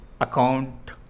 account